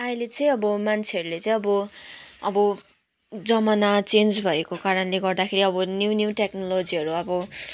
अहिले चाहिँ अब मान्छेहरूले चाहिँ अब अब जमाना चेन्ज भएको कारणले गर्दाखेरि अब न्यु न्यु टेक्नोलोजीहरू अब